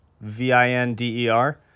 V-I-N-D-E-R